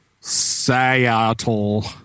Seattle